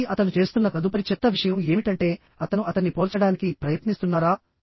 ఆపై అతను చేస్తున్న తదుపరి చెత్త విషయం ఏమిటంటే అతను అతన్ని పోల్చడానికి ప్రయత్నిస్తున్నారా